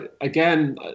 again